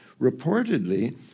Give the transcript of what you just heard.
Reportedly